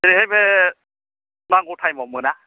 ओरैहाय बे नांगौ टाइमाव मोना